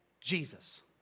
Jesus